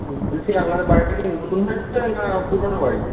বলছি আপনাদের বাড়িটা কি নতুন হয়েছে না পুরনো বাড়ি